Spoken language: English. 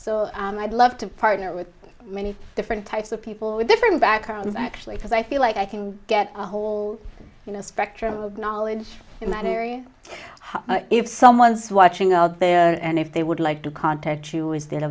so i'd love to partner with many different types of people with different backgrounds actually because i feel like i can get a whole you know spectrum of knowledge in that area if someone's watching out there and if they would like to contact you is there a